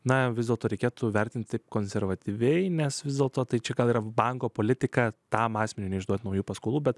na vis dėlto reikėtų vertinti konservatyviai mes vis dėlto tai čia gal ir banko politika tam asmeniui neišduoti naujų paskolų bet